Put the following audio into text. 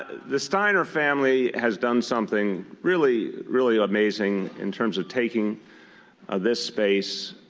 the steiner family has done something really, really amazing in terms of taking this space,